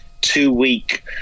two-week